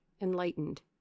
enlightened